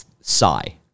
Sigh